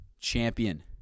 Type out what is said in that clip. champion